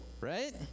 right